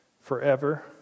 forever